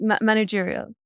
managerial